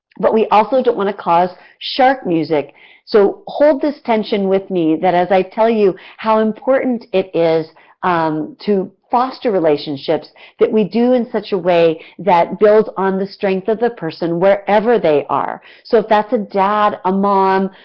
but we also don't want to cause shark music so hold this tension with me as i tell you how important it is um to foster relationships that we do in such a way that builds on the strength of the person wherever they are. so if that's a dad, a mom,